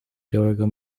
białego